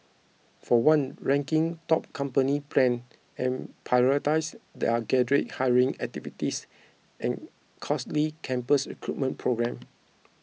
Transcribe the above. for one ranking top company plan and prioritise their graduate hiring activities and costly campus recruitment programme